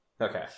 Okay